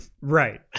Right